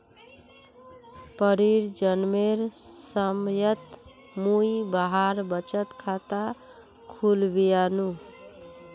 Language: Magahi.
परीर जन्मेर समयत मुई वहार बचत खाता खुलवैयानु